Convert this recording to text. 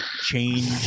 change